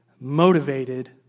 motivated